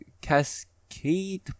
Cascade